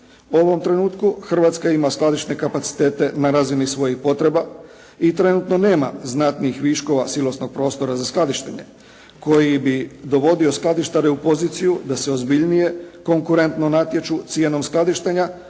ovom trenutku Hrvatska ima skladište kapacitete na razini svojih potreba i trenutno nema znatnih viškova silosnog prostora za skladištenje koji bi dovodio skladištare u poziciju da se ozbiljnije konkurentno natječu cijenom skladištenja,